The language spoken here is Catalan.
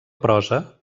prosa